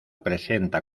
presenta